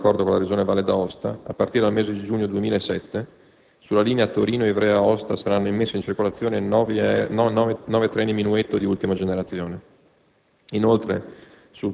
In particolare, a seguito dell'accordo con la Regione Valle d'Aosta, a partire dal mese di giugno 2007, sulla linea Torino-Ivrea-Aosta saranno immessi in circolazione 9 treni «Minuetto» di ultima generazione.